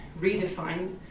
redefine